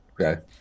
Okay